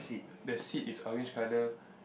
the seat is orange colour